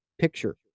picture